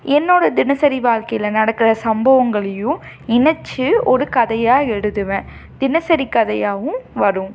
என்னோட தினசரி வாழ்கையில் நடக்கிற சம்பவங்களையும் இணைச்சு ஒரு கதையாக எழுதுவேன் தினசரி கதையாகவும் வரும்